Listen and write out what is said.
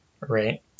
right